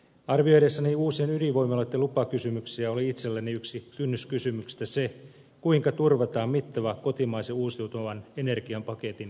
arvioidessani uusien ydinvoimaloitten lupakysymyksiä oli itselläni yksi kynnyskysymyksistä se kuinka turvataan mittava kotimaisen uusiutuvan energian paketin toteuttaminen